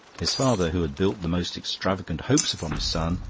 his father, who had built the most extravagant hopes upon his son,